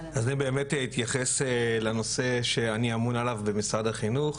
אז באמת אני אתייחס לנושא שאני אמון עליו במשרד החינוך,